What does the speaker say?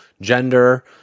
gender